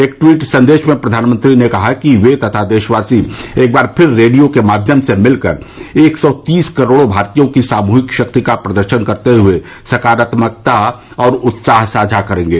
एक ट्वीट संदेश में प्रधानमंत्री ने कहा कि वे तथा देशवासी एक बार फिर रेडियो के माध्यम से मिलकर एक सौ तीस करोड़ भारतीयों की सामूहिक शक्ति का प्रदर्शन करते हुए सकारात्मकता और उत्साह साझा करेंगे